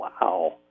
Wow